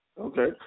Okay